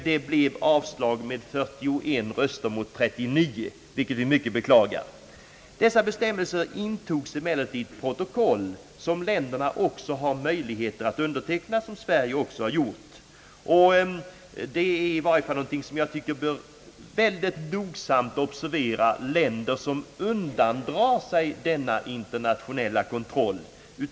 Det blev ett avslag med 41 röster mot 39, vilket vi mycket beklagar. De föreslagna bestämmelserna intogs emellertid i ett protokoll, som länderna har möjlighet att underteckna. Sverige har undertecknat det. Man bör noga observera de länder som undandrar sig denna internationella kontroll.